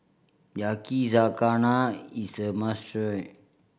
yakizakana is a must try